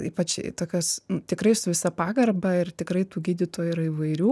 ypač į tokias tikrai su visa pagarba ir tikrai tų gydytojų yra įvairių